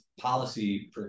policy